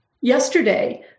yesterday